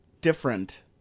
different